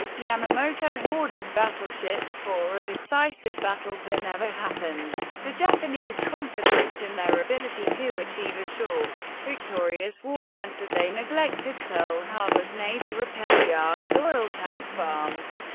yamamoto hoarded battleships for a decisive battle that never happened. the japanese confidence in their ability to achieve a short, victorious war meant that they neglected pearl harbor's navy repair yards, oil tank farms,